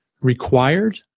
required